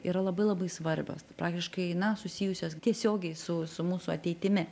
yra labai labai svarbios tai praktiškai na susijusios tiesiogiai su su mūsų ateitimi